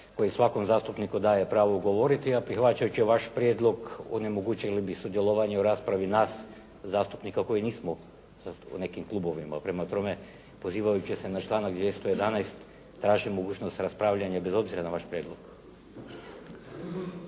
koji svakom zastupniku daje pravo govoriti a prihvaćajući vaš prijedlog onemogućili bi sudjelovanje u raspravi nas zastupnika koji nismo u nekim klubovima. Prema tome pozivajući se na članak 211. tražim mogućnost raspravljanja bez obzira na vaš prijedlog.